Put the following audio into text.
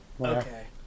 Okay